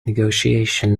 negotiation